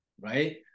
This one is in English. right